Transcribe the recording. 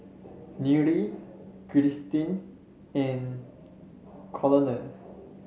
Nyree Christi and Colonel